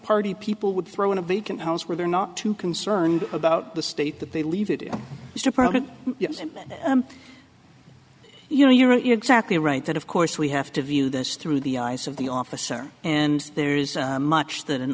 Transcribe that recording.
party people would throw in a vacant house where they're not too concerned about the state that they leave it in his department you know you're exactly right that of course we have to view this through the eyes of the officer and there is much that an